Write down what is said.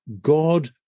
God